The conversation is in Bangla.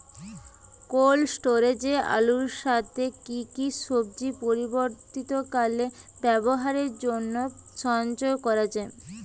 কোল্ড স্টোরেজে আলুর সাথে কি কি সবজি পরবর্তীকালে ব্যবহারের জন্য সঞ্চয় করা যায়?